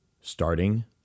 starting